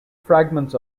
fragments